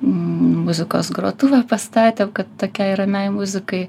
muzikos grotuvą pastatėm kad tokiai ramiai muzikai